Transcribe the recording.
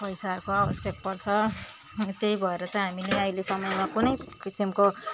पैसाको आवश्यक पर्छ त्यही भएर चाहिँ हामीले आहिले समयमा कुनै किसिमको